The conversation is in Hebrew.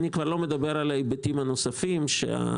אני כבר לא מדבר על ההיבטים הנוספים כמו